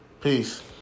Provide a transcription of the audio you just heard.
Peace